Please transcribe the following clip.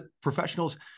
professionals